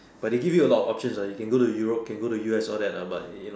but they give you a lot of option uh you can go to Europe can go to U_S all that lah but you know